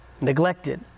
neglected